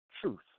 truth